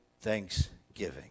thanksgiving